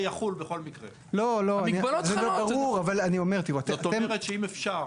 זאת אומרת שאם אפשר,